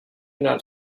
not